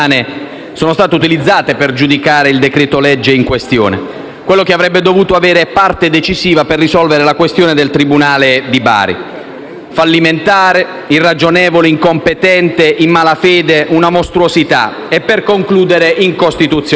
sono state utilizzate per giudicare il decreto-legge in questione, quello che avrebbe dovuto avere parte decisiva per risolvere la questione del tribunale di Bari: fallimentare, irragionevole, incompetente, in malafede, una mostruosità e, per concludere, incostituzionale.